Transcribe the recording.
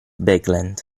bigland